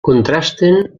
contrasten